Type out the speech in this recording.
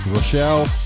Rochelle